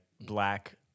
black